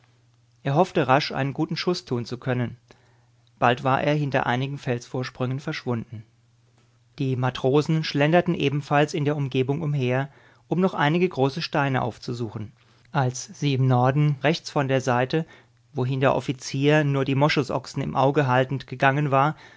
er hoffte rasch einen guten schuß tun zu können bald war er hinter einigen felsvorsprüngen verschwunden die matrosen schlenderten ebenfalls in der umgebung umher um noch einige große steine aufzusuchen als sie im norden rechts von der seite wohin der offizier nur die moschusochsen im auge haltend gegangen war